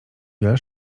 wiele